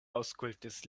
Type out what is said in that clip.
aŭskultis